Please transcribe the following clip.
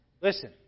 Listen